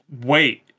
wait